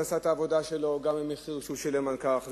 שעשה את העבודה שלו גם במחיר שהוא שילם על כך,